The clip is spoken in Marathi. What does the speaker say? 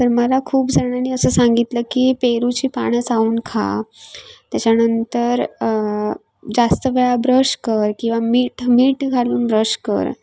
तर मला खूप जणानी असं सांगितलं की पेरूची पानं चावून खा त्याच्यानंतर जास्त वेळा ब्रश कर किंवा मीठ मीठ घालून ब्रश कर